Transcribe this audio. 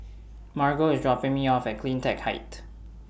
Margo IS dropping Me off At CleanTech Height